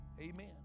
Amen